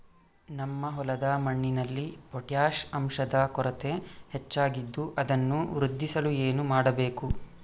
ನಮ್ಮ ಹೊಲದ ಮಣ್ಣಿನಲ್ಲಿ ಪೊಟ್ಯಾಷ್ ಅಂಶದ ಕೊರತೆ ಹೆಚ್ಚಾಗಿದ್ದು ಅದನ್ನು ವೃದ್ಧಿಸಲು ಏನು ಮಾಡಬೇಕು?